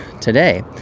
today